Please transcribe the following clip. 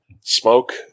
Smoke